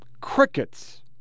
Crickets